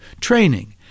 training